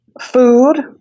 food